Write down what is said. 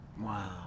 Wow